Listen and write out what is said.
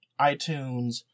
iTunes